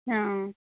हाँ